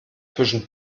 zwischen